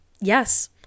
Yes